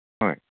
ꯍꯣꯏ